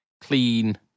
clean